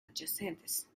adyacentes